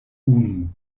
unu